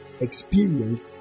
experienced